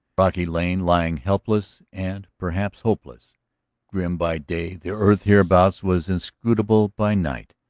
brocky lane lying helpless and perhaps hopeless grim by day the earth hereabouts was inscrutable by night,